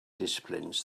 disciplines